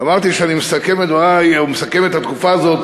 אמרתי שאני מסכם את דברי ומסכם את התקופה הזאת